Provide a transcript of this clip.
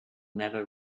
never